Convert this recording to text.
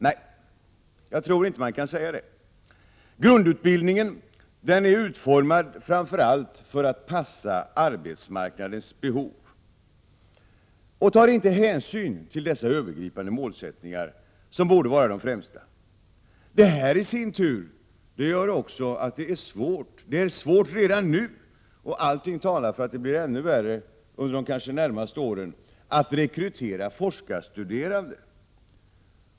Nej, jag tror inte att man kan säga det. Grundutbildningen är framför allt utformad för att passa arbetsmarknadens behov och tar inte hänsyn till dessa övergripande målsättningar, som borde vara de främsta. Detta gör i sin tur att det är svårt redan nu, och allt talar för att det blir ännu värre under de närmaste åren, att rekrytera forskarstuderande.